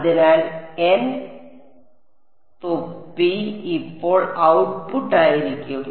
അതിനാൽ n തൊപ്പി ഇപ്പോൾ ഔട്ട്പുട്ട് ആയിരിക്കും